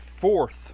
fourth